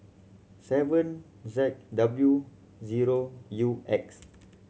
seven Z W zero U X